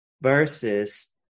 versus